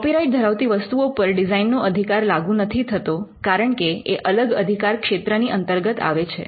copyright ધરાવતી વસ્તુઓ પર ડિઝાઇનનો અધિકાર લાગુ નથી થતો કારણકે એ અલગ અધિકારક્ષેત્ર ની અંતર્ગત આવે છે